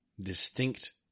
distinct